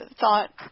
thought